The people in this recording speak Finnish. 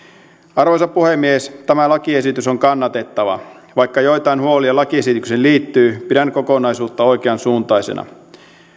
arvoisa puhemies tämä lakiesitys on kannatettava vaikka joitain huolia lakiesitykseen liittyy pidän kokonaisuutta oikeansuuntaisena